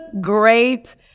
great